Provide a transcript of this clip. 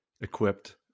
equipped